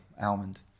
almond